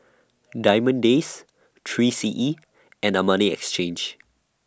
Diamond Days three C E and Armani Exchange